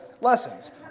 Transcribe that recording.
lessons